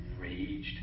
raged